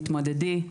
תתמודדי,